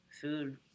food